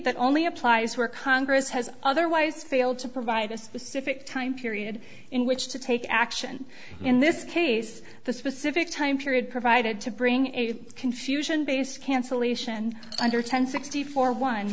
that only applies where congress has otherwise failed to provide a specific time period in which to take action in this case the specific time period provided to bring a confusion based cancellation under ten sixty four one